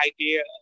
idea